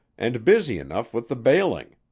and busy enough with the bailing.